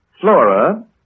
Flora